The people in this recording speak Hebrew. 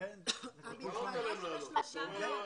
ולכן זה טיפול שונה.